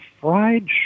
fried